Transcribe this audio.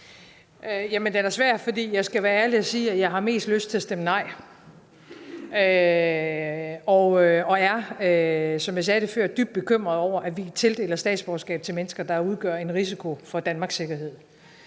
jeg skal være ærlig og sige, at jeg har mest lyst til at stemme nej. Og jeg er, som jeg sagde før, dybt bekymret over, at vi tildeler statsborgerskab til mennesker, der udgør en risiko for Danmarks sikkerhed.